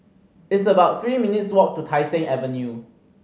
it's about three minutes' walk to Tai Seng Avenue